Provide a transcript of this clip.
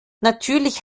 natürlich